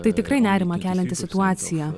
tai tikrai nerimą kelianti situacija